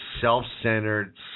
self-centered